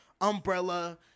Umbrella